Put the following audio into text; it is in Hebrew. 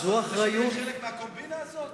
מה אתה רוצה, שנהיה חלק מהקומבינה הזאת?